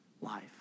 life